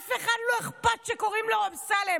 לאף אחד לא אכפת שקוראים לו אמסלם.